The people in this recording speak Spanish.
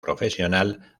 profesional